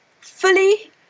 fully